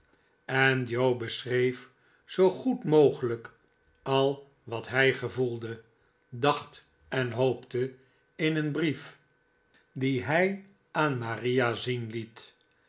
en joe beschreef zoo goed mogelijk al wat hij gevoelde dacht en hoopte in een brief dien hij aan maria zien